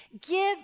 give